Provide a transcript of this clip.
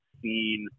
seen